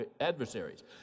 adversaries